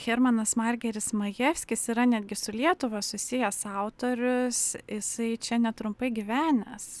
hermanas margeris majevskis yra netgi su lietuva susijęs autorius jisai čia netrumpai gyvenęs